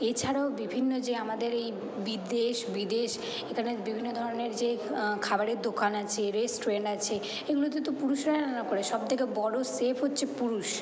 এছাড়াও বিভিন্ন যে আমাদের এই বিদেশ বিদেশ এখানে বিভিন্ন ধরনের যে খাবারের দোকান আছে রেস্টুরেন্ট আছে এগুলোতে তো পুরুষরা রান্না করে সব থেকে বড়ো শেফ হচ্ছে পুরুষ